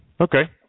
Okay